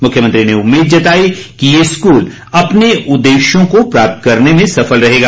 मुख्यमंत्री ने उम्मीद जताई कि ये स्कूल अपने उदेश्यों को प्राप्त करने में सफल रहेगा